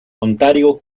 ontario